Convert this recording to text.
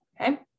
okay